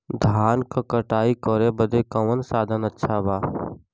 धान क कटाई करे बदे कवन साधन अच्छा बा?